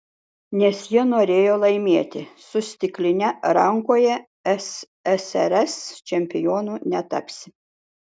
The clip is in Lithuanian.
nes jie norėjo laimėti su stikline rankoje ssrs čempionu netapsi